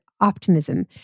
optimism